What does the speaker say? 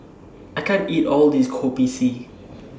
I can't eat All This Kopi C